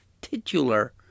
titular